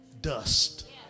dust